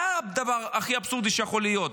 זה הדבר הכי אבסורדי שיכול להיות.